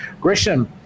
Grisham